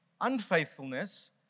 Unfaithfulness